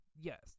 Yes